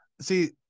see